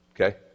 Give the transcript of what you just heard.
Okay